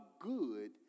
good